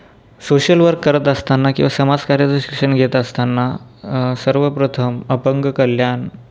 social work करत असताना किंवा समाज कार्याचं शिक्षण घेत असताना सर्व प्रथम अपंग कल्याण